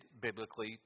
biblically